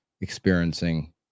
experiencing